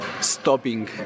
stopping